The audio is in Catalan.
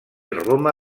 roma